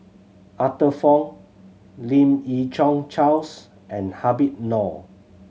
Arthur Fong Lim Yi Yong Charles and Habib Noh